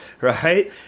right